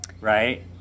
right